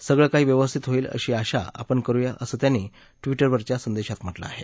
सगळे काही व्यवस्थित होईल अशी आपण आशा करूया असं त्यांनी वि उवरच्या संदेशात म्ह कें आहे